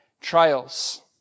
trials